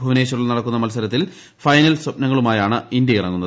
ഭുവനേശ്വറിൽ നടക്കുന്ന മത്സരത്തിൽ ഫൈനൽ സ്പപ്നങ്ങളുമായാണ് ഇന്തൃ ഇറങ്ങുന്നത്